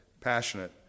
passionate